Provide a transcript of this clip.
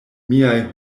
miaj